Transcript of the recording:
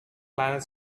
planet